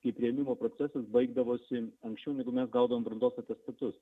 kai priėmimo procesas baigdavosi anksčiau negu mes gaudavom brandos atestatus